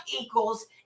equals